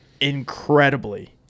incredibly